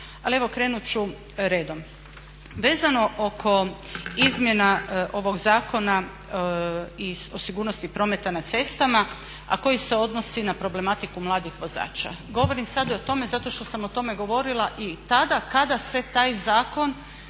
ali evo krenut ću redom. Vezano oko izmjena ovog Zakona o sigurnosti prometa na cestama a koji se odnosi na problematiku mladih vozača. Govorim sad i o tome zato što sam o tome govorila i tada kada se taj zakon